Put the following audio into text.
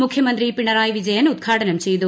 മുഖ്യമിന്റ്രി പിണറായി വിജയൻ ഉദ്ഘാടനം ചെയ്തു